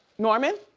norman?